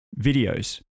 videos